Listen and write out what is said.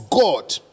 god